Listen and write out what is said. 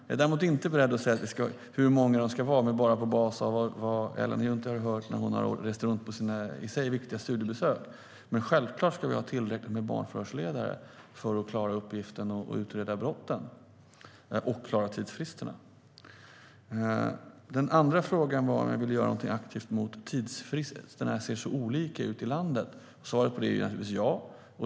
Jag är däremot inte beredd att säga hur många de ska vara bara på basis av vad Ellen Juntti har hört när hon har rest runt på sina, i sig viktiga, studiebesök. Självklart ska vi dock ha tillräckligt många barnförhörsledare för att klara uppgiften, det vill säga utreda brotten och klara tidsfristerna. Den andra frågan var om jag vill göra någonting aktivt åt att tidsfristerna ser så olika ut i landet. Svaret på det är naturligtvis ja.